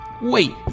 Wait